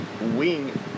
wing